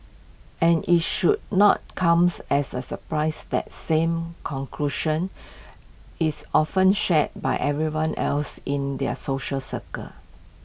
and IT should not comes as A surprise that same conclusion is often shared by everyone else in their social circle